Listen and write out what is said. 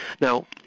Now